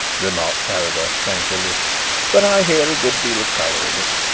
remarked carrados tranquilly but i hear a good deal of colour in it.